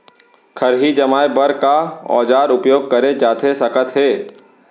खरही जमाए बर का औजार उपयोग करे जाथे सकत हे?